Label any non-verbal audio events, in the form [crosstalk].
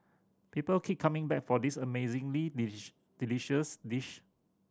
people keep coming back for this amazingly [unintelligible] delicious dish